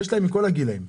יש להם מכל הגילאים.